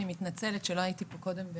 אני מתנצלת שלא הייתי כאן קודם,